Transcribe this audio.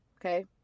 okay